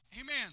amen